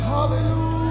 Hallelujah